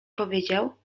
powiedział